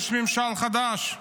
יש ממשל חדש.